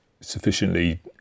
sufficiently